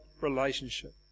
relationship